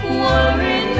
worry